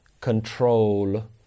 control